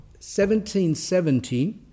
1770